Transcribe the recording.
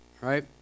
right